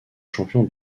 champion